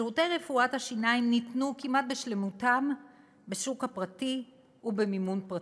שירותי רפואת השיניים ניתנו כמעט בשלמותם בשוק הפרטי ובמימון פרטי.